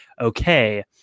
okay